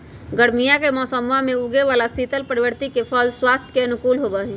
गर्मीया के मौसम्मा में उगे वाला शीतल प्रवृत्ति के फल स्वास्थ्य के अनुकूल होबा हई